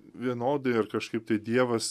vienodai ar kažkaip tai dievas